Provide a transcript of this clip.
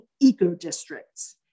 eco-districts